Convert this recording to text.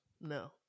no